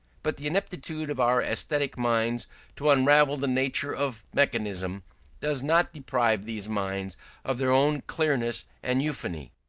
but the ineptitude of our aesthetic minds to unravel the nature of mechanism does not deprive these minds of their own clearness and euphony.